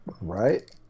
Right